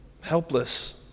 helpless